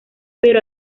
pero